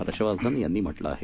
हर्षवर्धन यांनी म्हटलं आहे